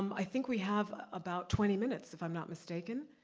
um i think we have about twenty minutes, if i'm not mistaken.